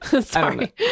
Sorry